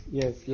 yes